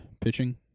pitching